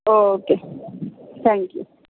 okay thank you